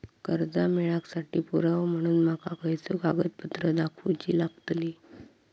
कर्जा मेळाक साठी पुरावो म्हणून माका खयचो कागदपत्र दाखवुची लागतली?